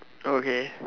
okay